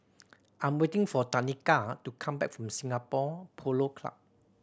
I'm waiting for Tanika to come back from Singapore Polo Club